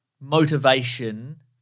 motivation